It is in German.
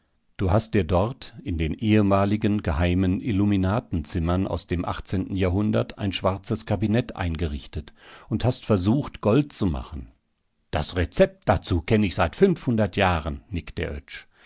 du hast dir dort in den ehemaligen geheimen illuminaten zimmern aus dem achtzehnten jahrhundert ein schwarzes kabinett eingerichtet und hast versucht gold zu machen das rezept dazu kenn ich seit fünfhundert jahren nickte